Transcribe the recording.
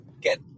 get